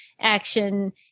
action